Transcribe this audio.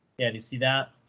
yeah, do you see that?